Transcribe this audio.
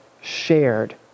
shared